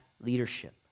leadership